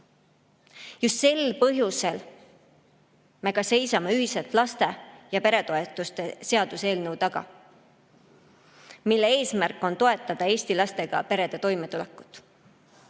Just sel põhjusel me seisame ühiselt laste‑ ja peretoetuste seaduseelnõu taga, mille eesmärk on toetada Eesti lastega perede toimetulekut.